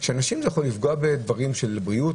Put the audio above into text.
שאנשים יכולים לפגוע בדברים של בריאות